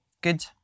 Good